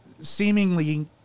seemingly